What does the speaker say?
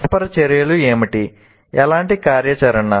పరస్పర చర్యలు ఏమిటి ఎలాంటి కార్యాచరణ